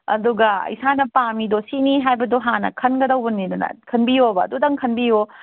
ꯑꯗꯨꯒ ꯏꯁꯥꯅ ꯄꯥꯝꯃꯤꯗꯣ ꯁꯤꯅꯤ ꯍꯥꯏꯕꯗꯣ ꯍꯥꯟꯅ ꯈꯟꯒꯗꯧꯕꯅꯤꯗꯅ ꯈꯟꯕꯤꯌꯣꯕ ꯑꯗꯨꯗꯪ ꯈꯟꯕꯤꯌꯣ